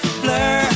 blur